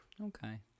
okay